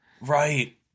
Right